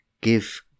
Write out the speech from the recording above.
give